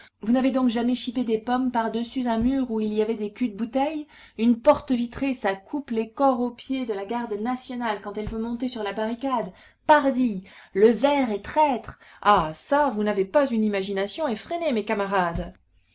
vous n'avez donc jamais chipé des pommes pardessus un mur où il y avait des culs de bouteilles une porte vitrée ça coupe les cors aux pieds de la garde nationale quand elle veut monter sur la barricade pardi le verre est traître ah çà vous n'avez pas une imagination effrénée mes camarades